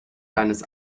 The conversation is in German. deines